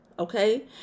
Okay